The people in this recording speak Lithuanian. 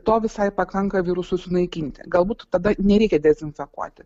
to visai pakanka virusui sunaikinti galbūt tada nereikia dezinfekuoti